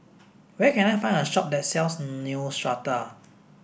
where can I find a shop that sells Neostrata